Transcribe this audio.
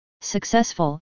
successful